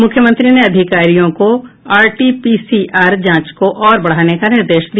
मुख्यमंत्री ने अधिकारियों को आरटीपीसीआर जांच को और बढ़ाने का निर्देश दिया